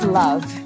love